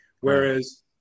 whereas